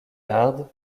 hardes